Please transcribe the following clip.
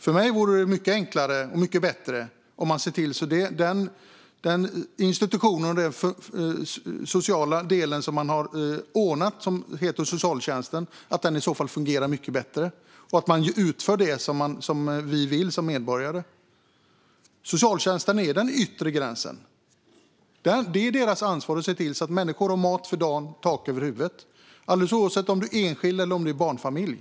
För mig vore det mycket enklare och bättre att se till att den institution och den sociala del som man har ordnat, alltså socialtjänsten, fungerar bättre och utför det som vi som medborgare vill att den ska. Socialtjänsten är den yttre gränsen. Det är socialtjänstens ansvar att se till att människor har mat för dagen och tak över huvudet, alldeles oavsett om man är ensamstående eller om man är en barnfamilj.